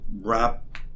wrap